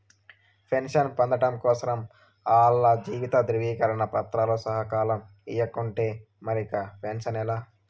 pension పొందడం కోసరం ఆల్ల జీవిత ధృవీకరన పత్రాలు సకాలంల ఇయ్యకుంటే మరిక పెన్సనే లా